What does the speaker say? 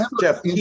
Jeff